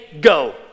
go